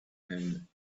him